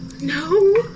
No